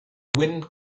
wind